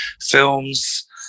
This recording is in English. films